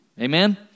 Amen